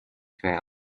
fell